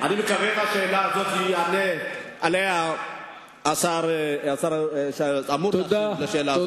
אני מקווה שעל השאלה הזאת יענה השר שאמור להשיב על ההצעה הזאת.